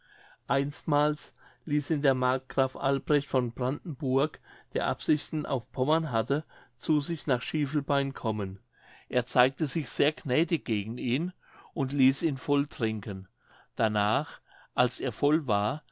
einsmals ließ ihn der markgraf albrecht von brandenburg der absichten auf pommern hatte zu sich nach schievelbein kommen er zeigte sich sehr gnädig gegen ihn und ließ ihn voll trinken danach als er voll war